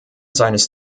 seines